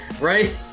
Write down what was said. right